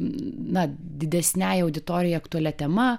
na didesnei auditorijai aktualia tema